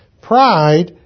Pride